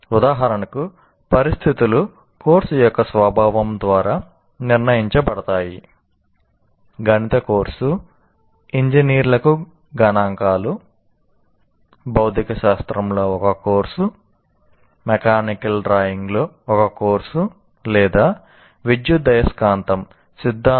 ఉదాహరణకు పరిస్థితులు కోర్సు యొక్క స్వభావం ద్వారా నిర్ణయించబడతాయి గణిత కోర్సు ఇంజనీర్లకు గణాంకాలు భౌతిక శాస్త్రంలో ఒక కోర్సు మెకానికల్ డ్రాయింగ్లో ఒక కోర్సు లేదా విద్యుదయస్కాంత సిద్ధాంతం